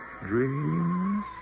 dreams